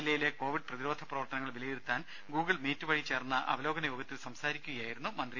ജില്ലയിലെ കോവിഡ് പ്രതിരോധ പ്രവർത്തനങ്ങൾ വിലയിരുത്താൻ ഗൂഗിൾ മീറ്റ് വഴി ചേർന്ന അവലോകനയോഗത്തിൽ സംസാരിക്കുകയായിരുന്നു മന്ത്രി